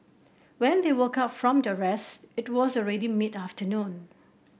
when they woke up from their rest it was already mid afternoon